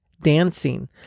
dancing